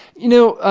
you know,